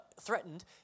threatened